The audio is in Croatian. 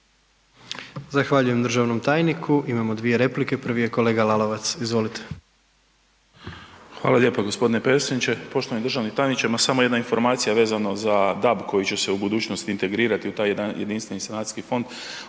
Zahvaljujem državnom tajniku. Imamo dvije replike, prvi je kolega Lalovac. Izvolite. **Lalovac, Boris (SDP)** Hvala lijepa gospodine predsjedniče. Poštovani državni tajniče, ma samo jedna informacija vezano za DAB koji će se u budućnosti integrirati u taj jedan jedinstveni sanacijski fond.